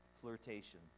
flirtation